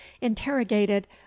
interrogated